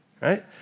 right